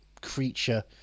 creature